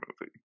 movie